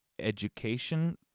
education